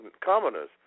commoners